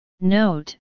Note